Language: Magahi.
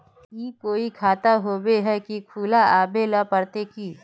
ई कोई खाता होबे है की खुला आबेल पड़ते की?